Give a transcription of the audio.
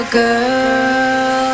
girl